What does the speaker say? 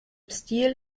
stil